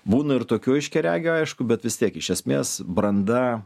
būna ir tokių aiškiaregių aišku bet vis tiek iš esmės branda